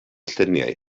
lluniau